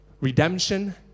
redemption